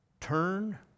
turn